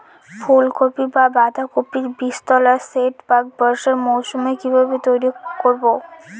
ফুলকপি বা বাঁধাকপির বীজতলার সেট প্রাক বর্ষার মৌসুমে কিভাবে তৈরি করব?